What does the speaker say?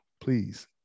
please